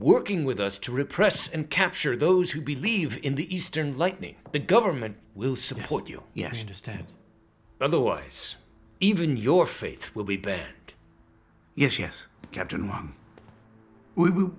working with us to repress and capture those who believe in the eastern lightning the government will support you yes to stand otherwise even your faith will be banned yes yes captain one we w